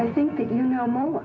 i think that you know